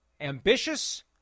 ambitious